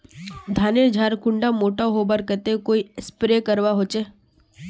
धानेर झार कुंडा मोटा होबार केते कोई स्प्रे करवा होचए?